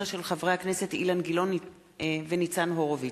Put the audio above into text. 2012, של חברי הכנסת אילן גילאון וניצן הורוביץ,